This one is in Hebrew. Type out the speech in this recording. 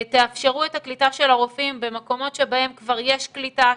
תאפשרו את הקליטה של הרופאים במקומות שבהם כבר יש קליטה,